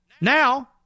Now